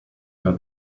where